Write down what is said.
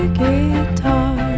guitar